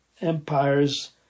empires